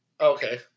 Okay